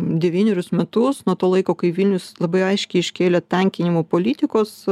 devynerius metus nuo to laiko kai vilnius labai aiškiai iškėlė tankinimo politikos